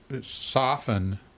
soften